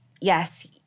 yes